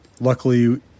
Luckily